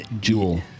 Jewel